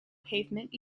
pavement